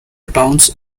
towns